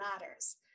Matters